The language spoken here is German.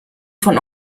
von